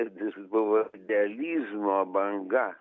ir jis buvo idealizmo banga